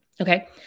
Okay